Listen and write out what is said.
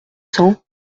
cents